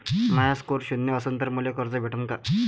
माया score शून्य असन तर मले कर्ज भेटन का?